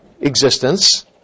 existence